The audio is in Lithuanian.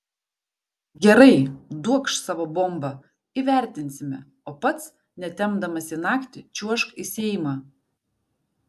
gerai duokš savo bombą įvertinsime o pats netempdamas į naktį čiuožk į seimą